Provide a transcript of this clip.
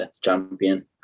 champion